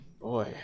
Boy